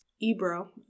Ebro